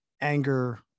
anger